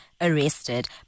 Arrested